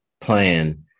plan